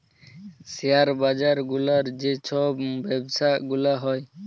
share বাজার গুলার যে ছব ব্যবছা গুলা হ্যয়